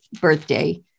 birthday